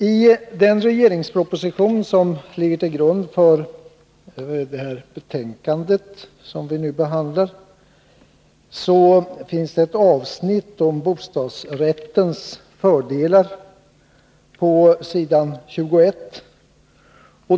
I den regeringsproposition som ligger till grund för det betänkande som vi nu behandlar finns det på s. 21 ett avsnitt om bostadsrättens fördelar.